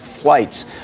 flights